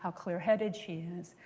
ah clear-headed she is,